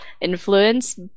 influence